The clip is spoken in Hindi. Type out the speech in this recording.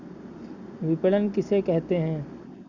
विपणन किसे कहते हैं?